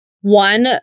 one